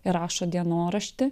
ir rašot dienoraštį